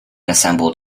assembled